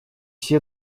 все